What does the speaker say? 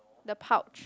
the pouch